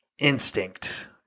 instinct